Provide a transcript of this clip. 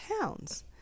pounds